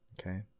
Okay